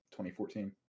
2014